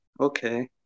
Okay